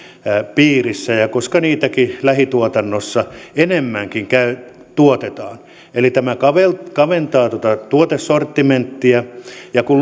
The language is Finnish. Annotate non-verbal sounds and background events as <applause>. piirissä koska niitäkin lähituotannossa enemmänkin tuotetaan eli tämä kaventaa kaventaa tätä tuotesortimenttia ja kun <unintelligible>